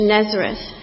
Nazareth